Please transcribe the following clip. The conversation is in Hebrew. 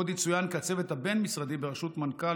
עוד יצוין כי הצוות הבין-משרדי בראשות מנכ"ל